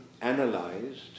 analyzed